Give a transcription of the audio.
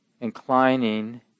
inclining